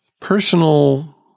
personal